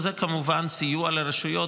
וזה כמובן סיוע לרשויות,